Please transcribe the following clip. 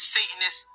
Satanist